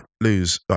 lose